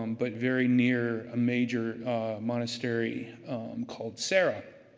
um but very near a major monastery called sera.